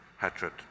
hatred